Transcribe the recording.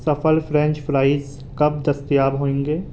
سفل french fries کب دستیاب ہوں گے